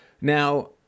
Now